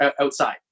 outside